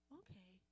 okay